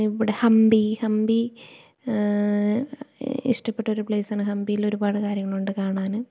ഇവിടെ ഹബി ഹബി ഇഷ്ടപ്പെട്ടൊരു പ്ലേസാണ് ഹമ്പീലൊരുപാട് കാര്യങ്ങളുണ്ട് കാണാൻ